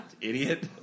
Idiot